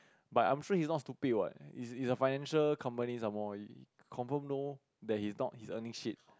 but I'm think he not stupid what is a financial company some more confirm know that he not is earning shit